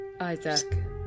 Isaac